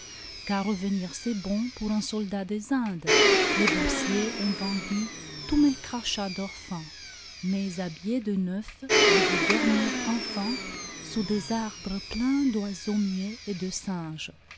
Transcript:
car revenir c'est bon pour un soldat des indes les boursiers ont vendu tous mes crachats d'or fin mais habillé de neuf je veux dormir enfin sous des arbres pleins d'oiseaux muets et de singes